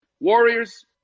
Warriors